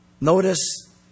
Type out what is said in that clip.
Notice